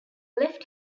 left